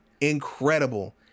incredible